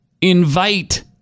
invite